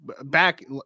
back